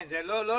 כן, לא להפריע.